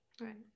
right